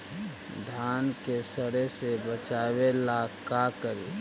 धान के सड़े से बचाबे ला का करि?